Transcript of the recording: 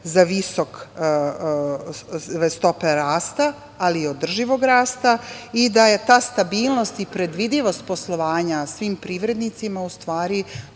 za visoke stope rasta, ali i održivog rasta i da je ta stabilnost i predvidivost poslovanja svim privrednicima dovela